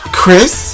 Chris